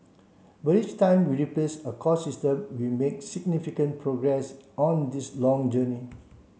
but each time we replace a core system we make significant progress on this long journey